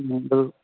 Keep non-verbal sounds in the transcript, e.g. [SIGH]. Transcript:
[UNINTELLIGIBLE]